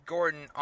Gordon